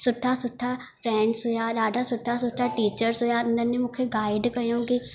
सुठा सुठा फ्रैंड्स हुया ॾाढा सुठा सुठा टीचर्स हुया उन्हनि ई मूंखे गाइड कयूं की